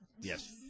Yes